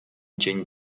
dzień